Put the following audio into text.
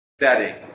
setting